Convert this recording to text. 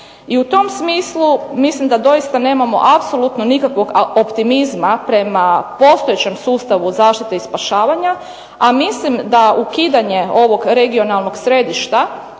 I u tom smislu mislim da doista nemamo apsolutno nikakvog optimizma prema postojećem sustavu zaštite i spašavanja, a mislim da ukidanje ovog Regionalnog središta,